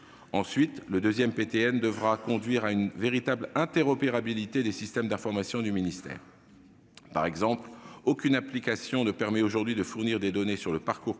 Ensuite, le second PTN devra conduire à une véritable interopérabilité des systèmes d'information du ministère. Par exemple, aucune application ne permet aujourd'hui de fournir des données sur le parcours complet